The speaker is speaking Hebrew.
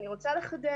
אני רוצה לחדד,